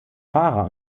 fahrer